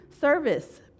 service